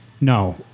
No